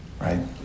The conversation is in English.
right